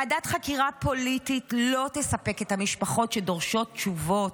ועדת חקירה פוליטית לא תספק את המשפחות שדורשות תשובות.